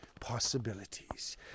possibilities